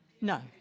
no